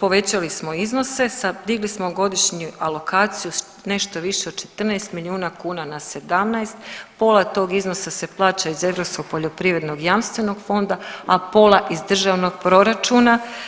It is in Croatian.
povećali smo iznose digli smo godišnju alokaciju nešto više od 14 milijuna kuna na 17, pola tog iznosa se plaća iz Europskog poljoprivrednog jamstvenog fonda, a pola iz državnog proračuna.